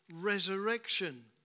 resurrection